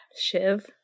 Shiv